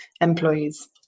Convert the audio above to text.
employees